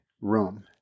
room